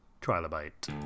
Trilobite